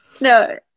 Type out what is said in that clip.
No